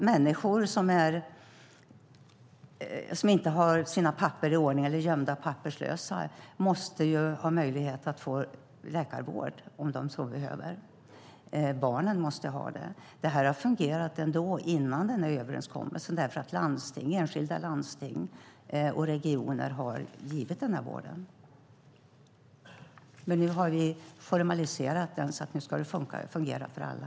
Människor som inte har sina papper i ordning eller som är gömda papperslösa måste ju ha möjlighet att få läkarvård om de så behöver. Barnen måste ha det. Det här har fungerat ändå, innan den här överenskommelsen, därför att enskilda landsting och regioner har givit den här vården. Nu har vi formaliserat den så nu ska det fungera för alla.